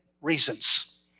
reasons